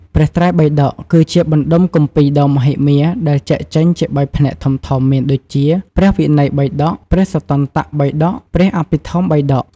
ព្រះត្រៃបិដក គឺជាបណ្តុំគម្ពីរដ៏មហិមាដែលចែកចេញជាបីផ្នែកធំៗមានដូចជា ព្រះវិន័យបិដក ព្រះសុត្តន្តបិដក ព្រះអភិធម្មបិដក។